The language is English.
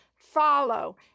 follow